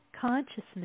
consciousness